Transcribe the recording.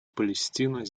палестина